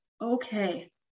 Okay